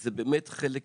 וזה חלק מהעניין.